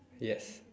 yes